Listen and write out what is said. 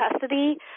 custody